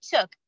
took